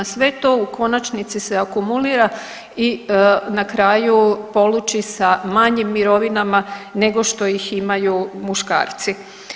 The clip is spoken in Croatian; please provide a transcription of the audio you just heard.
Sve to u konačnici se akumulira i na kraju poluči sa manjim mirovinama nego što ih imaju muškarci.